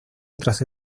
otras